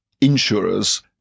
insurers